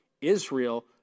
Israel